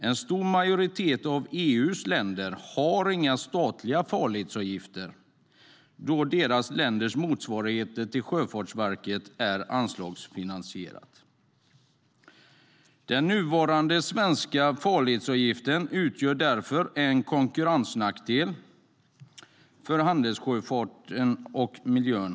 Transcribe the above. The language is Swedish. En stor majoritet av EU:s länder har inga statliga farledsavgifter eftersom dessa länders motsvarigheter till Sjöfartsverket är anslagsfinansierade. Den nuvarande svenska farledsavgiften utgör därför en konkurrensnackdel för handelssjöfarten och miljön.